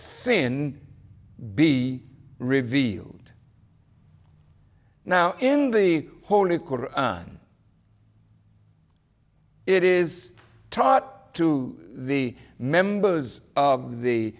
sin be revealed now in the holy one it is taught to the members of the